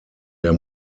der